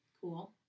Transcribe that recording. Cool